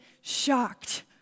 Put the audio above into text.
shocked